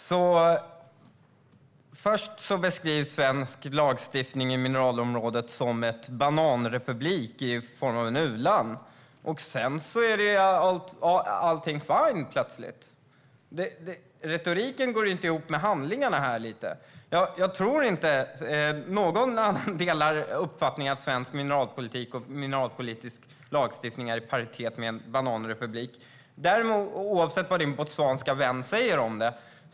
Herr talman! Först beskrivs Sverige vad gäller svensk lagstiftning på mineralområdet som en bananrepublik i form av ett u-land. Sedan är plötsligt allting fine. Retoriken går på något sätt inte ihop med handlingarna. Jag tror inte att någon delar uppfattningen att svensk mineralpolitik och mineralpolitisk lagstiftning är i paritet med en bananrepubliks, oavsett vad din botswanska vän säger om det.